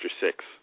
Six